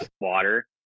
Water